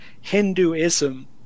Hinduism